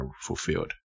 fulfilled